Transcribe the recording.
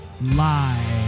live